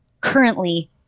currently